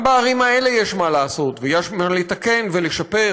גם בערים האלה יש מה לעשות ויש מה לתקן ולשפר,